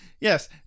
Yes